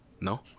no